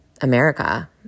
America